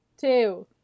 two